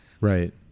Right